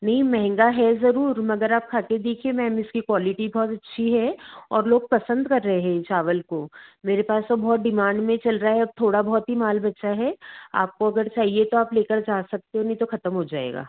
नहीं महंगा है ज़रूर मगर आप खाकर देखिए मैम इसकी क्वालिटी बहुत अच्छी है और लोग पसंद कर रहे हैं यह चावल को मेरे पास तो बहुत डिमांड में चल रहा है अब थोड़ा बहुत ही माल बचा है आपको अगर चाहिए तो ले कर जा सकते हो नहीं तो ख़त्म हो जाएगा